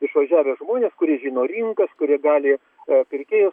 išvažiavę žmonės kurie žino rinkas kurie gali pirkėjus